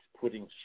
putting